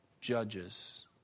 judges